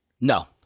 No